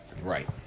Right